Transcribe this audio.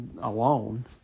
alone